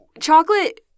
chocolate